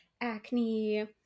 acne